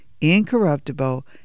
incorruptible